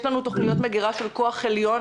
יש לנו תוכניות מגרה של כוח עליון.